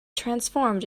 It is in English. transformed